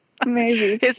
Amazing